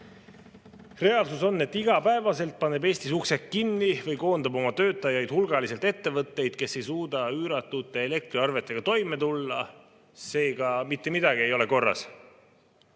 Reaalsus on see, et iga päev paneb Eestis uksed kinni või koondab töötajaid hulgaliselt ettevõtteid, kes ei suuda üüratute elektriarvetega toime tulla. Seega, mitte midagi ei ole korras.